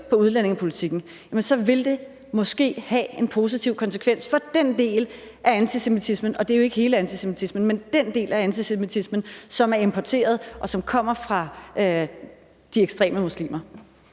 på udlændingepolitikken, vil det måske have en positiv konsekvens for den del af antisemitismen – og det er jo ikke hele antisemitismen – som er importeret, og som kommer fra de ekstreme muslimer?